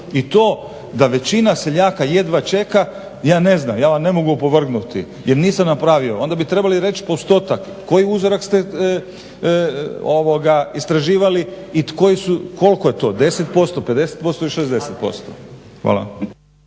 I to da većina seljaka jedva čeka, ja ne znam ja vam ne mogu opovrgnuti jer nisam napravio onda bi trebali reći postotak koji uzorak ste istraživali i koliko je to 10%, 50% ili 60%. Hvala.